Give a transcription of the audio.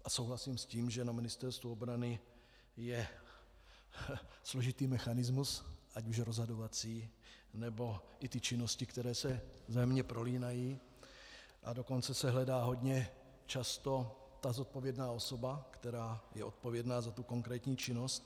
A souhlasím s tím, že na Ministerstvu obrany je složitý mechanismus ať už rozhodovací, nebo i ty činnosti, které se vzájemně prolínají, a dokonce se hledá hodně často ta zodpovědná osoba, která je odpovědná za tu konkrétní činnost.